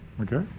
Okay